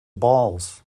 balls